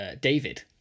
David